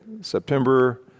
September